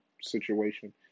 situation